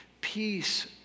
peace